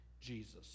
Jesus